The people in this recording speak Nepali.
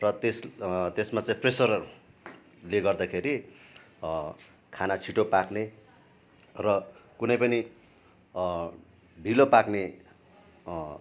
र त्यस त्यसमा चाहिँ प्रेसरले गर्दाखेरि खाना छिटो पाक्ने र कुनै पनि ढिलो पाक्ने